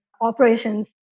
operations